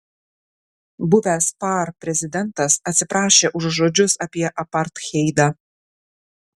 buvęs par prezidentas atsiprašė už žodžius apie apartheidą